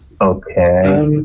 Okay